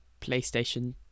PlayStation